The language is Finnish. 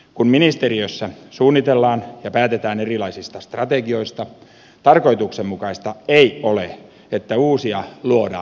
kun ministeriössä suunnitellaan ja päätetään erilaisista strategioista tarkoituksenmukaista ei ole että uusia luodaan aluetasolla